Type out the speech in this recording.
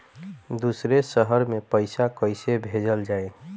दूसरे शहर में पइसा कईसे भेजल जयी?